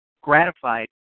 gratified